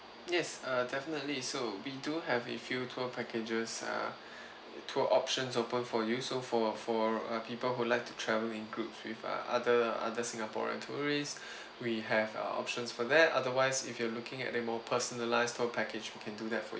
yes err definitely so we do have a few tour packages uh tour options open for you so for for people who like to travel in groups with other other singaporean tourists we have uh options for that otherwise if you are looking at a more personalised tour package you can do that for